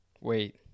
wait